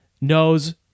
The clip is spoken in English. knows